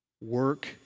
Work